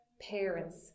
parents